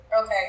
Okay